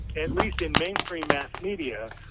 at least in mainstream mass media,